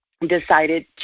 decided